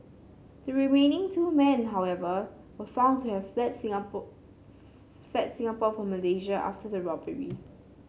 the remaining two men however were found to have fled Singapore fled Singapore for Malaysia after the robbery